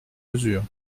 mesure